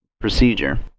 procedure